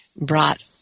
brought